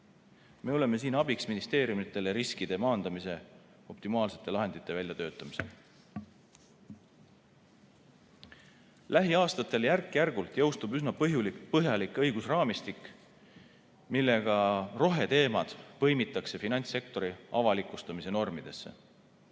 Me oleme siin abiks ministeeriumidele riskide maandamise optimaalsete lahendite väljatöötamisel. Lähiaastatel järk-järgult jõustub üsna põhjalik õigusraamistik, millega roheteemad põimitakse finantssektori avalikustamise normidesse.